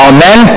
Amen